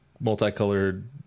multicolored